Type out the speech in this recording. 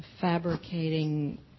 fabricating